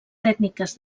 tècniques